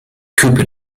cooper